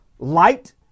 Light